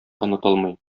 онытылмый